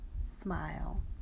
Smile